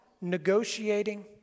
negotiating